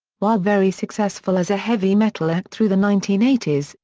while very successful as a heavy metal act through the nineteen eighty s,